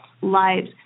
lives